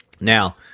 Now